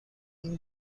این